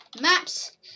maps